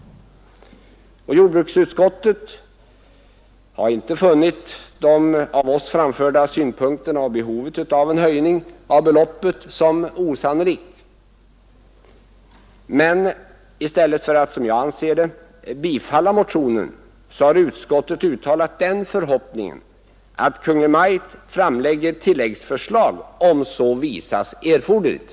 Jordbruksutskottet har inte funnit det osannolikt att de av oss framförda synpunkterna om behovet av en höjning av beloppet skulle vara riktiga. Men i stället för att hemställa om bifall till motionen — som jag hade ansett riktigt — har utskottet uttalat den förhoppningen att Kungl. Maj:t skall framlägga förslag om ytterligare medelsanvisning på tilläggsstat om det skulle visa sig erforderligt.